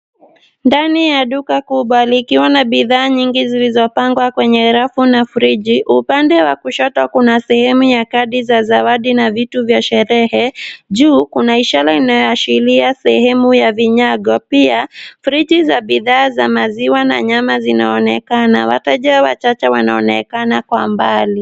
Ndani ya duka kubwa likiwa na bidhaa nyingi zilizopangwa kwenye rafu na friji. Upande wa kushoto kuna sehemu ya kadi za zawadi na vitu vya sherehe. Juu kuna ishara inayoashiria sehemu ya vinyago. Pia, friji za bidhaa za maziwa na nyama zinaonekana. Wateja wachache wanaonekana kwa mbali.